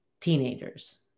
teenagers